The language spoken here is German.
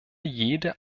jede